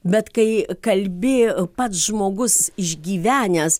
bet kai kalbi pats žmogus išgyvenęs